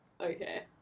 okay